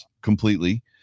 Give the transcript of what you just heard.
completely